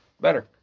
better